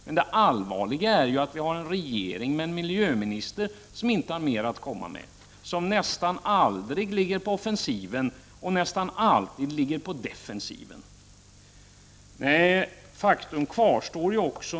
Men det allvarliga är att vi har en regering med en miljöminister som inte har mer att komma med, som nästan aldrig ligger på offensiven utan nästan alltid på defensiven.